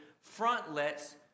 frontlets